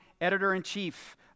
editor-in-chief